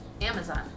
Amazon